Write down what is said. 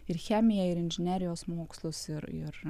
ir chemiją ir inžinerijos mokslus ir ir